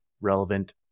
relevant